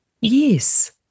Yes